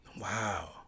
Wow